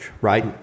right